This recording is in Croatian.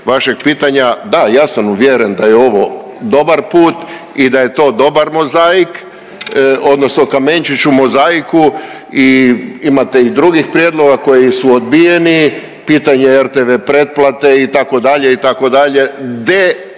vašeg pitanja. Da, ja sam uvjeren da je ovo dobar put i da je to dobar mozaik odnosno kamenčić u mozaiku i imate i drugih prijedloga koji su odbijeni, pitanje je RTV pretplate itd.,